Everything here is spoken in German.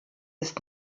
ist